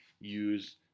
use